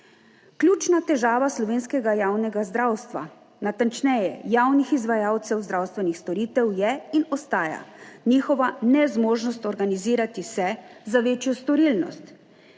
Ključna težava slovenskega javnega zdravstva, natančneje, javnih izvajalcev zdravstvenih storitev, je in ostaja njihova nezmožnost organizirati se za večjo storilnost